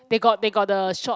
they got they got the short